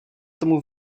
tomu